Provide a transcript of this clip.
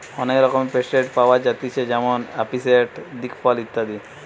অনেক রকমের পেস্টিসাইড পাওয়া যায়তিছে যেমন আসিফেট, দিকফল ইত্যাদি